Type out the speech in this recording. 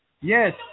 Yes